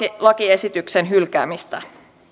lakiesityksen hylkäämistä